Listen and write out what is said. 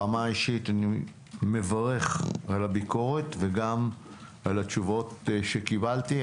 ברמה האישית אני מברך על הביקורת וגם על התשובות שקיבלתי,